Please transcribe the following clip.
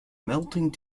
melting